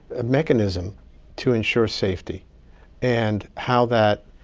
a mechanism to ensure safety and how that